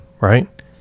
right